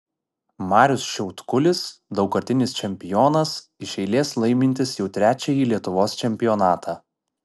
marius šiaudkulis daugkartinis čempionas iš eilės laimintis jau trečiąjį lietuvos čempionatą